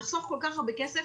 לחסוך כל כך הרבה כסף,